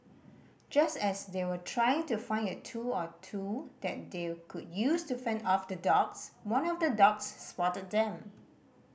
just as they were trying to find a tool or two that they could use to fend off the dogs one of the dogs spotted them